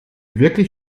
wirklich